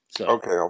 Okay